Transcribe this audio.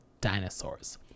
dinosaurs